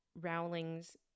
Rowling's